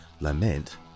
lament